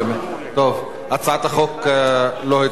הצעת החוק לא התקבלה.